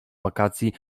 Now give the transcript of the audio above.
wakacji